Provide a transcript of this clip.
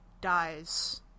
dies